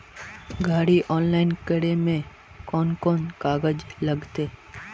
गाड़ी ऑनलाइन करे में कौन कौन कागज लगते?